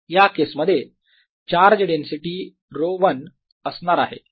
या केसमध्ये charge density ρ1 असणार आहे